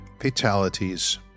fatalities